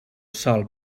sòl